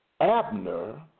Abner